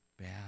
bad